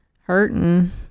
hurting